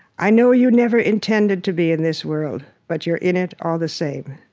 i know, you never intended to be in this world. but you're in it all the same.